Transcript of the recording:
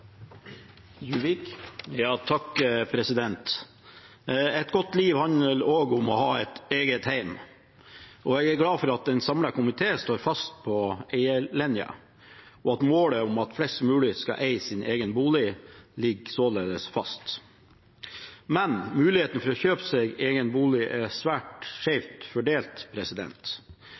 glad for at en samlet komité står fast på eierlinjen, og at målet om at flest mulig skal eie sin egen bolig således ligger fast. Men muligheten for å kjøpe seg egen bolig er svært skjevt fordelt.